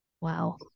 Wow